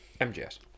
MGS